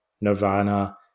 Nirvana